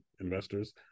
investors